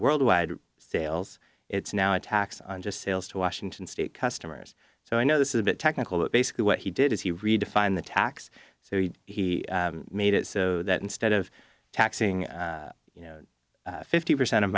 worldwide sales it's now a tax on just sales to washington state customers so i know this is a bit technical but basically what he did is he redefined the tax so he made it so that instead of taxing you know fifty percent of